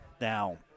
Now